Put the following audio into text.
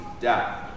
death